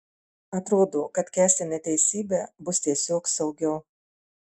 atrodo kad kęsti neteisybę bus tiesiog saugiau